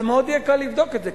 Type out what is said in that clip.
יהיה מאוד קל לבדוק את זה,